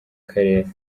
karere